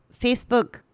Facebook